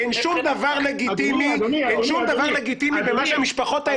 אין שום דבר לגיטימי במה שהמשפחות האלה